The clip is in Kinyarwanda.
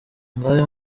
ngayo